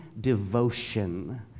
devotion